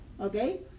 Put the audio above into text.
okay